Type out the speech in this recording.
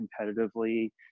competitively